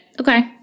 Okay